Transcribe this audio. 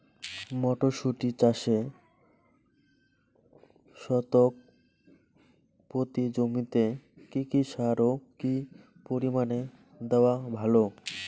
মটরশুটি চাষে শতক প্রতি জমিতে কী কী সার ও কী পরিমাণে দেওয়া ভালো?